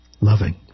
loving